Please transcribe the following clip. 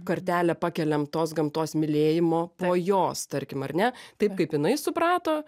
kartelę pakeliam tos gamtos mylėjimo po jos tarkim ar ne taip kaip jinai suprato